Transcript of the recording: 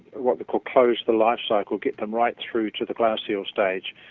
what we call close the life cycle, get them right through to the glass eel stage.